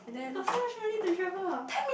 you got so much money to travel ah